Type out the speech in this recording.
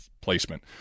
placement